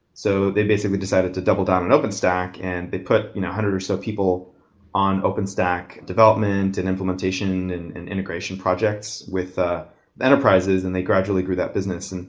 so they basically decided to double down an open stack and it put you know a hundred or so people on open stack development and implementation and and integration projects with ah enterprises and they gradually grew that business.